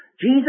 Jesus